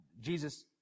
Jesus